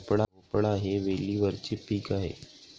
भोपळा हे वेलीवरचे पीक आहे